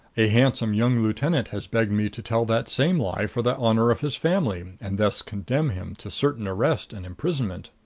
a handsome young lieutenant has begged me to tell that same lie for the honor of his family, and thus condemn him to certain arrest and imprisonment.